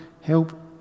Help